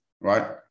right